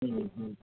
હમ હમ